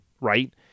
right